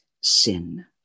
sin